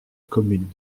commune